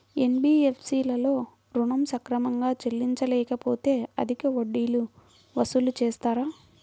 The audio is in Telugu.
ఎన్.బీ.ఎఫ్.సి లలో ఋణం సక్రమంగా చెల్లించలేకపోతె అధిక వడ్డీలు వసూలు చేస్తారా?